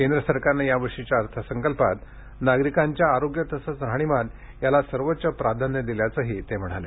केंद्र सरकारने या वर्षीच्या अर्थसंकल्पात नागरिकांच्या आरोग्य तसंच राहणीमान याला सर्वोच्च प्राधान्य दिल्याचंही त्यांनी यावेळी सांगितलं